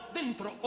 dentro